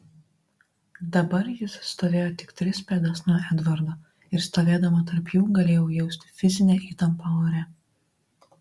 dabar jis stovėjo tik tris pėdas nuo edvardo ir stovėdama tarp jų galėjau jausti fizinę įtampą ore